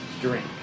drink